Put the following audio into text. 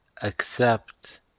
accept